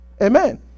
Amen